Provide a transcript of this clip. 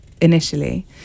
initially